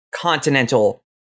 Continental